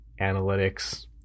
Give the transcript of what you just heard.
analytics